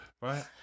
right